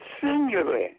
singularly